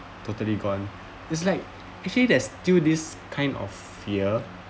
totally gone is like actually there's still this kind of fear